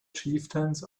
chieftains